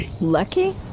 Lucky